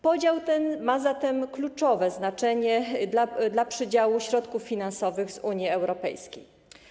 Podział ten ma zatem kluczowe znaczenie, jeśli chodzi o przydziały środków finansowych z Unii Europejskiej.